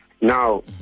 Now